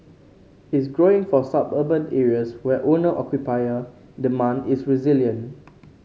is growing for suburban areas where owner occupier demand is resilient